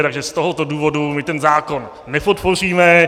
Takže z tohoto důvodu my ten zákon nepodpoříme.